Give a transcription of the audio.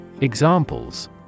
Examples